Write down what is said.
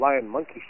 lion-monkey